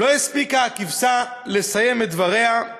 לא הספיקה הכבשה לסיים את דבריה,